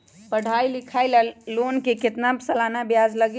पढाई लिखाई ला लोन के कितना सालाना ब्याज लगी?